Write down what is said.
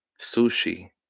Sushi